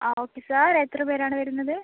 ആ okay sir എത്ര പേരാണ് വരുന്നത്